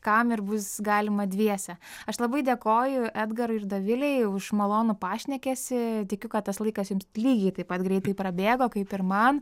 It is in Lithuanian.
kam ir bus galima dviese aš labai dėkoju edgarui ir dovilei už malonų pašnekesį tikiu kad tas laikas jums lygiai taip pat greitai prabėgo kaip ir man